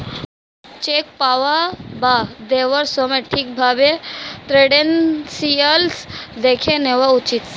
check পাওয়া বা দেওয়ার সময় ঠিক ভাবে ক্রেডেনশিয়াল্স দেখে নেওয়া উচিত